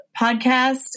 podcast